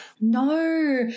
No